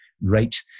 rate